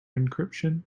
encryption